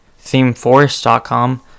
themeforest.com